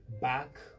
back